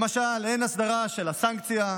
למשל, אין הסדרה של הסנקציה,